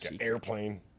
Airplane